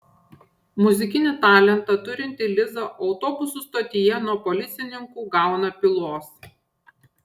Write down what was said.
muzikinį talentą turinti liza autobusų stotyje nuo policininkų gauna pylos